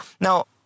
Now